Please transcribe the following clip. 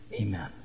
amen